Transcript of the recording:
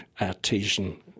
Artesian